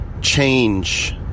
change